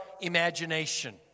imagination